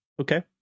Okay